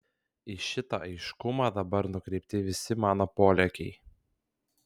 į šitą aiškumą dabar nukreipti visi mano polėkiai